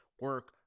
Work